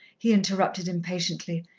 he interrupted impatiently.